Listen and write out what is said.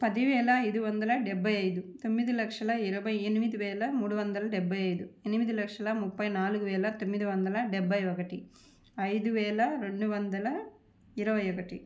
పదివేల ఐదు వందల డెబ్బై ఐదు తొమ్మిది లక్షల ఇరవై ఎనిమిది వేల మూడు వందల డెబ్బై ఐదు ఎనిమిది లక్షల ముప్పై నాలుగు వేల తొమ్మిది వందల డెబ్బై ఒకటి ఐదు వేల రెండు వందల ఇరవై ఒకటి